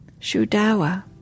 Shudawa